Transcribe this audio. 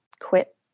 quit